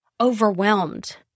overwhelmed